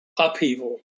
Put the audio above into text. upheaval